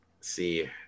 See